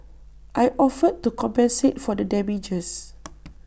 I offered to compensate for the damages